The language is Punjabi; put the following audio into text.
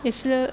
ਇਸ ਲ